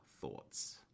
thoughts